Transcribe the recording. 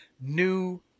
new